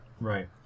Right